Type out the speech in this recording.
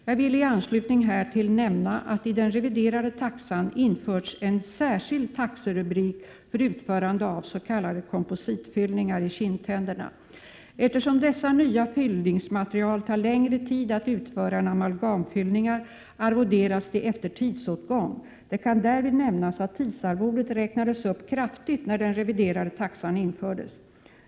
Jag vill i anslutning härtill nämna att det i den reviderade taxan har införts en särskild taxerubrik för utförande av s.k. kompositfyllningar i kindtänderna. Eftersom fyllningar med dessa nya fyllningsmaterial tar längre tid att utföra än amalgamfyllningar arvoderas de efter tidsåtgång. Det kan därvid nämnas att tidsarvodet räknades upp kraftigt när den reviderade taxan infördes.